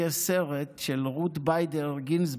יש סרט של רות ביידר גינסבורג,